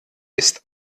ist